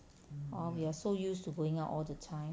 or we are so used to going out all the time